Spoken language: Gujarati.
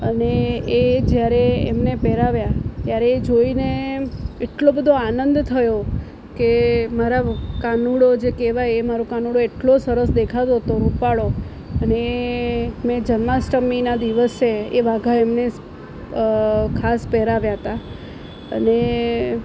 અને એ જ્યારે એમને પહેરાવ્યા ત્યારે એ જોઈને એટલો બધો આનંદ થયો કે મારા કાનુડો જે કહેવાય એ મારો કાનુડો એટલો સરસ દેખાતો હતો રૂપાળો અને મેં જન્માષ્ટમીના દિવસે એ વાગા એમને ખાસ પહેરાવ્યા હતા અને